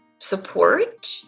support